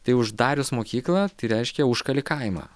tai uždarius mokyklą tai reiškia užkali kaimą